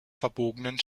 verbogenen